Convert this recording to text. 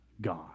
God